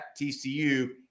TCU